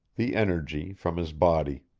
the energy from his body.